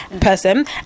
person